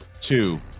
two